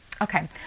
Okay